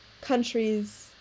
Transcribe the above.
countries